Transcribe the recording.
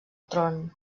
tron